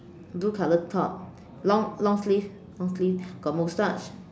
blue colored top long long sleeve long sleeve got moustache